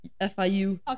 FIU